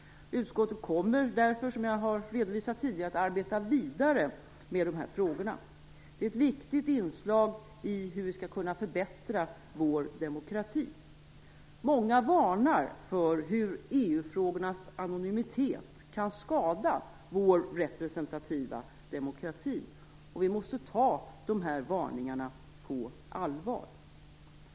Utskottet kommer därför som jag har redovisat tidigare att arbeta vidare med de här frågorna. Det är ett viktigt inslag i hur vi skall kunna förbättra vår demokrati. Många varnar för hur EU-frågornas anonymitet kan skada vår representativa demokrati. Vi måste ta varningarna på allvar.